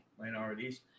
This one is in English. Minorities